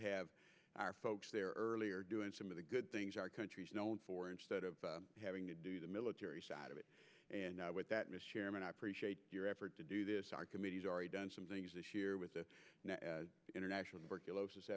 have our folks there earlier doing some of the good things our country's known for instead of having to do the military side of it and with that mr chairman i appreciate your effort to do this our committees are a done some things this year with the international